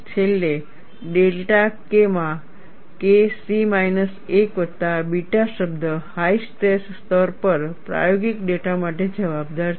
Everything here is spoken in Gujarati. છેલ્લે ડેલ્ટા K માં K c માઈનસ1 વત્તા બીટા શબ્દ હાઈ સ્ટ્રેસ સ્તરો પર પ્રાયોગિક ડેટા માટે જવાબદાર છે